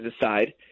decide